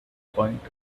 point